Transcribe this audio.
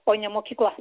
o ne mokykla